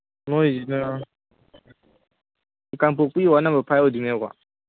ꯃꯣꯏꯁꯤꯅ ꯀꯥꯡꯄꯣꯛꯄꯤ ꯋꯥꯠ number five ꯑꯣꯏꯗꯣꯏꯅꯦꯕꯀꯣ